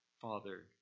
Father